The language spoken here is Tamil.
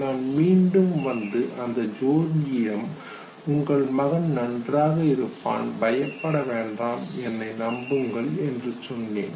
நான் மீண்டும் வந்து அந்த ஜோடியிடம் உங்கள் மகன் நன்றாக இருப்பான் பயப்பட வேண்டாம் என்னை நம்புங்கள் என்று சொன்னேன்